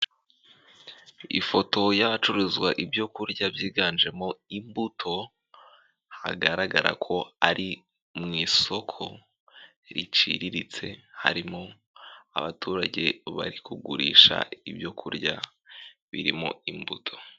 Ifoto y'ahacuruzwa ibyo kurya byiganjemo imbuto hagaragara ko ari mu isoko riciriritse harimo abaturage bari kugurisha ibyo kurya birimo imbuto.